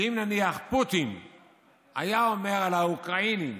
שאם נניח פוטין היה אומר על האוקראינים,